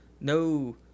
no